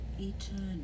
eternal